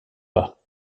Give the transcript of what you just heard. pas